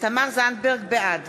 בעד